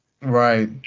Right